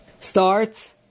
starts